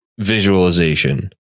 visualization